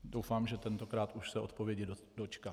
Doufám, že tentokrát už se odpovědi dočkám.